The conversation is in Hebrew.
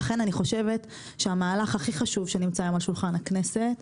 לכן אני חושבת שהמהלך הכי חשוב שנמצא היום על שולחן הכנסת,